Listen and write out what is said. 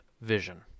vision